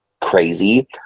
crazy